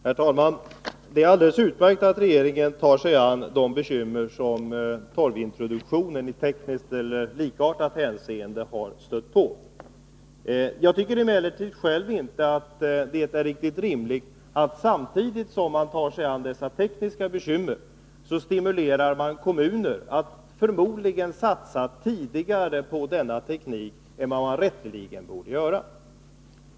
Herr talman! Det är alldeles utmärkt att regeringen tar sig an de bekymmer som torvintroduktionen i tekniskt eller likartat hänseende har stött på. Jag tycker emellertid inte att det är rimligt att samtidigt som man tar sig an dessa tekniska bekymmer, stimulera kommuner att satsa tidigare på denna teknik än vad de rätteligen borde göra.